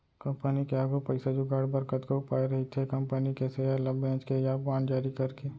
company के आघू पइसा जुगाड़ बर कतको उपाय रहिथे कंपनी के सेयर ल बेंच के या बांड जारी करके